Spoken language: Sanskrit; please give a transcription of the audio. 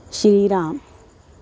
श्रीरामः